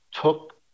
took